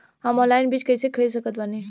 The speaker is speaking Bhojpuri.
हम ऑनलाइन बीज कइसे खरीद सकत बानी?